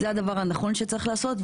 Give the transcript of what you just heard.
זה הדבר הנכון שצריך לעשות,